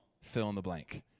fill-in-the-blank